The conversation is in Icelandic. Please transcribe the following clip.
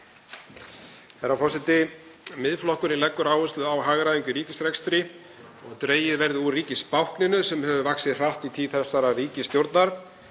Herra forseti. Miðflokkurinn leggur áherslu á hagræðingu í ríkisrekstri og að dregið verði úr ríkisbákninu sem hefur vaxið hratt í tíð þessarar ríkisstjórnar.